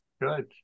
Good